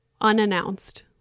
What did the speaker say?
unannounced